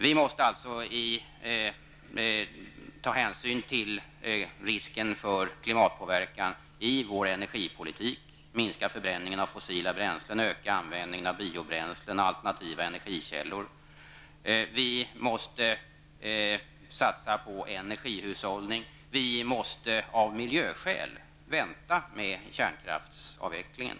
Vi måste alltså ta hänsyn till risken för klimatpåverkan i vår energipolitik och minska förbränningen av fossila bränslen och öka användningen av biobränslen och alternativa energikällor. Vi måste satsa på energihushållning. Vi måste av miljöskäl vänta med kärnkraftsavvecklingen.